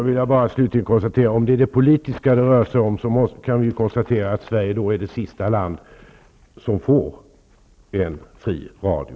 Herr talman! Slutligen vill jag bara konstatera att om det rör sig om den politiska frågan är Sverige det sista land som får en fri radio.